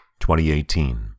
2018